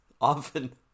often